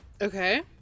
Okay